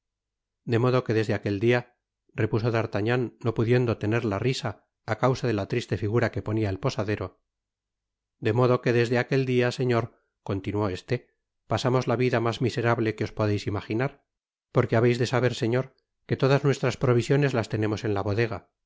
de modo que desde aquel dia repuso d'artagnan no pudiendo tener la risa á causa de la triste figura que ponia el posadero de modo que desde aquel dia señor continuó este pasamos la vida mas miserable que os podeis imaginar porque habeis de saber señor que todas nuestras provisiones las tenemos en la bodega